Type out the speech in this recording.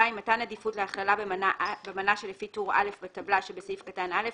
מתן עדיפות להכללה במנה שלפי טור א' בטבלה שבסעיף קטן (א),